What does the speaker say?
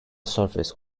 surface